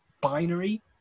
binary